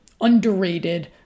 underrated